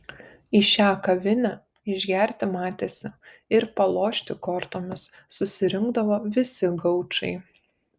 į šią kavinę išgerti matėsi ir palošti kortomis susirinkdavo visi gaučai